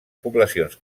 poblacions